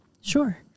Sure